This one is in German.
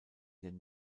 den